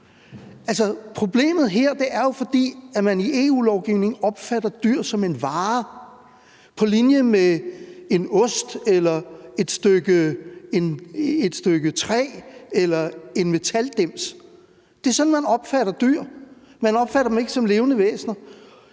Problemet her er jo, at man i EU-lovgivningen opfatter dyr som en vare på linje med en ost, et stykke træ eller en metaldims. Det er sådan, man opfatter dyr; man opfatter dem ikke som levende væsener.